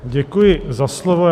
Děkuji za slovo.